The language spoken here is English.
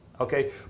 Okay